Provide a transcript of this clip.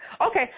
Okay